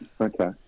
okay